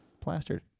plastered